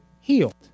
healed